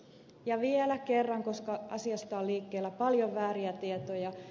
ja vielä kerran koska asiasta on liikkeellä paljon vääriä tietoja